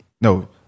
no